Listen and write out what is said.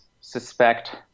suspect